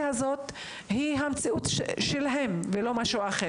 הזו היא המציאות עבורם ולא משהו אחר.